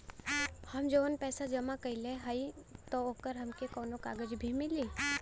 हम जवन पैसा जमा कइले हई त ओकर हमके कौनो कागज भी मिली?